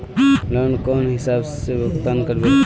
Loan कौन हिसाब से भुगतान करबे?